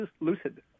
lucid